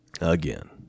Again